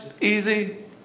easy